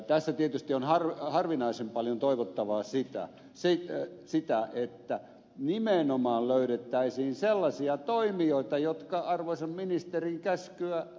tässä tietysti on harvinaisen paljon toivottava sitä että nimenomaan löydettäisiin sellaisia toimijoita jotka arvoisan ministerin käskyä noudattavat